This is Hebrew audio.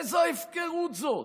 איזו הפקרות זאת,